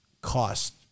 cost